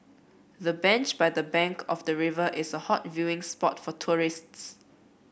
the bench by the bank of the river is a hot viewing spot for tourists